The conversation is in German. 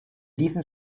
diesen